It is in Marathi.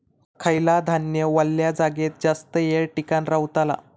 खयला धान्य वल्या जागेत जास्त येळ टिकान रवतला?